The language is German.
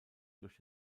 durch